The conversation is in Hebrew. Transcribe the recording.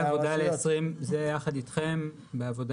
זה יחד איתכם בעבודה,